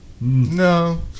No